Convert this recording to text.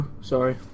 sorry